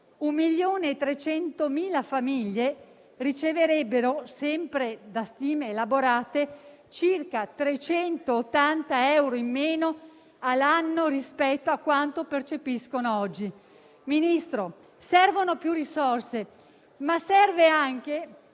di famiglie riceverebbero - sempre da stime elaborate - circa 380 euro in meno all'anno rispetto a quanto percepiscono oggi. Signor Ministro, servono più risorse, ma serve anche